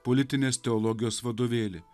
politinės teologijos vadovėlį